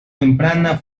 temprana